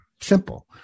simple